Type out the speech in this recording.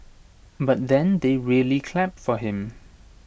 but then they really clapped for him